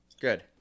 Good